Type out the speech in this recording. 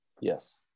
Yes